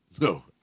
no